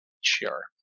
Sure